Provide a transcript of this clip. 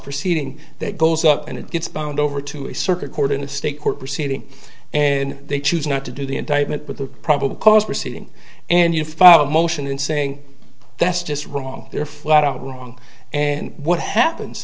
proceeding that goes up and it gets bound over to a circuit court in a state court proceeding and they choose not to do the indictment but the probable cause proceeding and you file a motion in saying that's just wrong they're flat out wrong and what happens